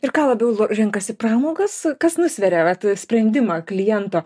ir ką labiau renkasi pramogas kas nusveria vat sprendimą kliento